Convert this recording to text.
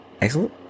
excellent